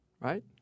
right